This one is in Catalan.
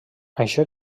això